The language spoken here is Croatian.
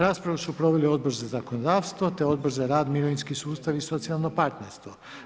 Raspravu su proveli Odbor za zakonodavstvo te Odbor za rad, mirovinski sustav i socijalno partnerstvo.